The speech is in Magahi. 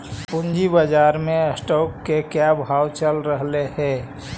पूंजी बाजार में स्टॉक्स के क्या भाव चल रहलई हे